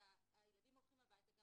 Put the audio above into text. כאשר הילדים הולכים הביתה, אבל